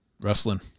wrestling